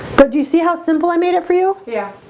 but do you see how simple i made it for? you yeah,